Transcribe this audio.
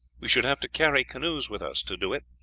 we should have to carry canoes with us, to do it,